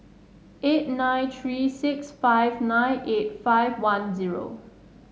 eight nine three six five nine eight five one zero